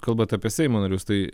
kalbant apie seimo narius tai